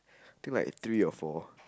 think like three or four